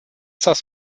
dass